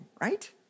right